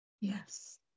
Yes